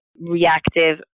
reactive